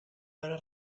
veure